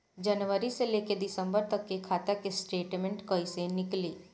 जनवरी से लेकर दिसंबर तक के खाता के स्टेटमेंट कइसे निकलि?